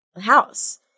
house